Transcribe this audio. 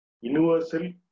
universal